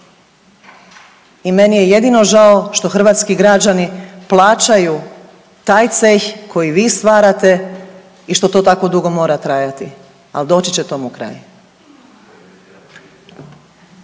I meni je jedino žao što hrvatski građani plaćaju taj ceh koji vi stvarate i što tako dugo mora trajati, ali doći će tomu kraj.